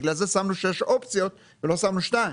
בגלל זה שמנו שש אופציות ולא שמנו שתיים,